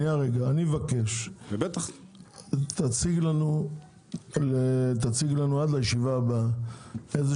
אני מבקש שתציג לנו עד לישיבה הבאה איזה